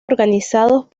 organizados